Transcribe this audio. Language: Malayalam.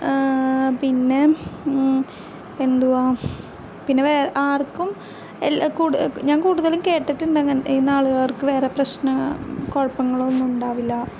പിന്നെ എന്തുവാണ് പിന്നെ വേ ആർക്കും എൽ കൂട് ഞാൻ കൂടുതലും കേട്ടിട്ടുണ്ട് അങ്ങനെ ഈ നാളുകാർക്ക് വേറെ പ്രശ്ന കുഴപ്പങ്ങളൊന്നും ഉണ്ടാവില്ല